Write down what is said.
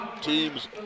team's